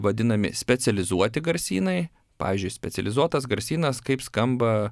vadinami specializuoti garsynai pavyzdžiui specializuotas garsynas kaip skamba